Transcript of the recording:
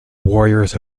warriors